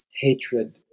hatred